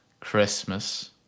Christmas